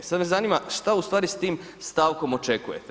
Sad me zanima šta u stvari s tim stavkom očekujete?